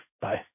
Bye